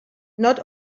not